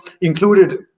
included